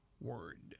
word